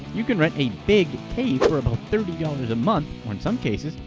you can rent a big cave for about thirty dollars a month or in some cases,